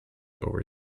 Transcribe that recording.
over